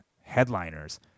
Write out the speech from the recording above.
headliners